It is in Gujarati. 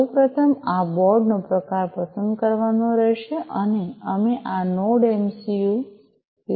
સૌ પ્રથમ આ બોર્ડ નો પ્રકાર પસંદ કરવાનો રહેશે અને અમે આ નોડ એમસિયું 0